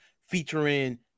featuring